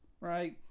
right